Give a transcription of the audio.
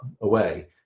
away